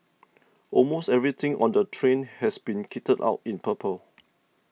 almost everything on the train has been kitted out in purple